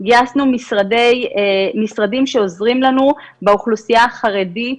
גייסנו משרדים שעוזרים לנו באוכלוסייה החרדית,